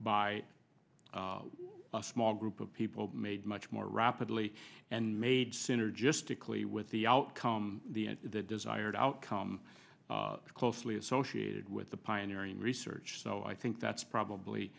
by a small group of people made much more rapidly and made synergistically with the outcome the desired outcome closely associated with the pioneering research so i think that's probably